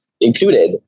included